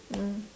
mm